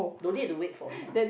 don't need to wait for mold